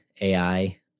AI